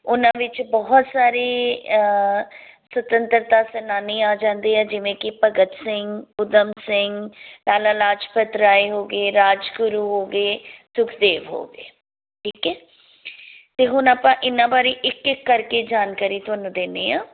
ਉਹਨਾਂ ਵਿੱਚ ਬਹੁਤ ਸਾਰੇ ਸੁਤੰਤਰਤਾ ਸੈਨਾਨੀ ਆ ਜਾਂਦੇ ਆ ਜਿਵੇਂ ਕਿ ਭਗਤ ਸਿੰਘ ਊਧਮ ਸਿੰਘ ਲਾਲਾ ਲਾਜਪਤ ਰਾਏ ਹੋ ਗਏ ਰਾਜਗੁਰੂ ਹੋ ਗਏ ਸੁਖਦੇਵ ਹੋ ਗਏ ਠੀਕ ਹੈ ਅਤੇ ਹੁਣ ਆਪਾਂ ਇਹਨਾਂ ਬਾਰੇ ਇੱਕ ਇੱਕ ਕਰਕੇ ਜਾਣਕਾਰੀ ਤੁਹਾਨੂੰ ਦਿੰਦੇ ਹਾਂ